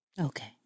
Okay